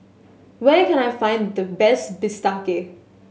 where can I find the best bistake